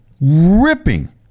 Ripping